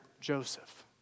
Joseph